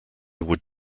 would